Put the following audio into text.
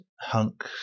Hunk